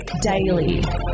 Daily